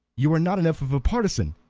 you are not enough of a partisan.